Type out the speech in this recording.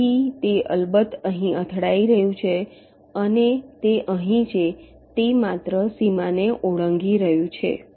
તેથી તે અલબત્ત અહીં અથડાઈ રહ્યું છે અને તે અહીં છે તે માત્ર સીમાને ઓળંગી રહ્યું છે